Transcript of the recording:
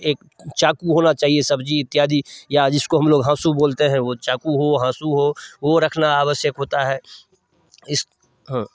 एक चाकू होना चाहिए सब्ज़ी इत्यादि या जिसको हम लोग हंसु बोलते हैं वह चाक़ू हो वह हंसु हो वह रखना आवश्यक होता है इस